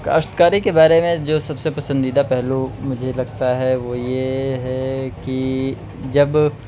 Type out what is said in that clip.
کاشتکاری کے بارے میں جو سب سے پسندیدہ پہلو مجھے لگتا ہے وہ یہ ہے کہ جب